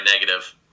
negative